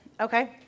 Okay